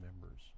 members